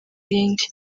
ibindi